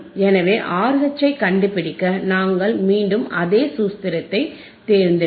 எனவே RH ஐக் கண்டுபிடிக்க நாங்கள் மீண்டும் அதே சூத்திரத்தை தேர்ந்தெடுக்கிறோம்